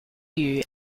you